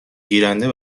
گیرنده